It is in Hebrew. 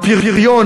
הפריון,